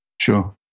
sure